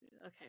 Okay